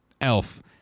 elf